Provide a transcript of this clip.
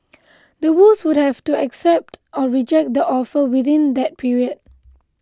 the Woos would have to accept or reject the offer within that period